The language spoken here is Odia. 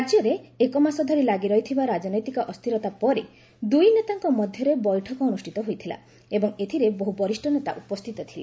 ରାଜ୍ୟରେ ଏକ ମାସଧରି ଲାଗିରହିଥିବା ରାଜନୈତିକ ଅସ୍ଥିରତା ପରେ ଦୁଇ ନେତାଙ୍କ ମଧ୍ୟରେ ବୈଠକ ଅନୁଷ୍ଠିତ ହୋଇଥିଲା ଏବଂ ଏଥିରେ ବହୁ ବରିଷ୍ଠ ନେତା ଉପସ୍ଥିତ ଥିଲେ